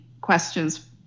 questions